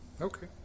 Okay